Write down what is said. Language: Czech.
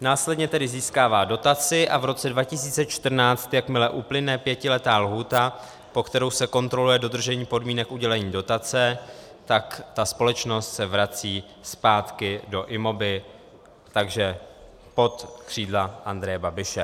Následně tedy získává dotaci a v roce 2014, jakmile uplyne pětiletá lhůta, po kterou se kontroluje dodržení podmínek udělení dotace, se ta společnost vrací zpátky do Imoby, takže pod křídla Andreje Babiše.